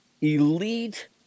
elite